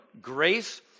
grace